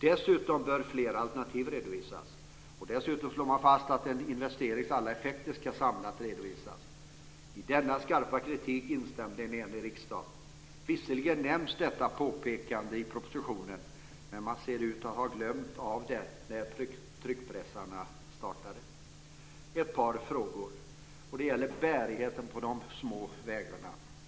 Dessutom bör fler alternativ redovisas, och man slår också fast att en investerings alla effekter ska redovisas samlat. I denna skarpa kritik instämde en enig riksdag. Visserligen nämns detta påpekande i propositionen. Men man ser ut att ha glömt av det när tryckpressarna startade. Så ett par frågor. Det gäller bärigheten på de små vägarna.